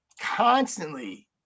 constantly